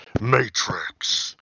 Matrix